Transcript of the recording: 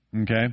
Okay